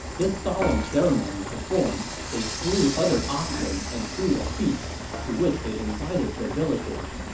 this solemn ceremony performed, they slew other oxen and threw a feast, to which they invited the villagers.